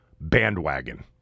bandwagon